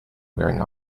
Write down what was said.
wearing